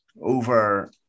over